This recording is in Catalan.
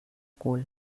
cul